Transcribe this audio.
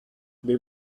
they